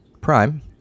Prime